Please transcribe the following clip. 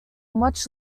much